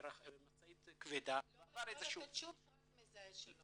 משאית כבדה --- לא לתת שום פרט מזהה שלו.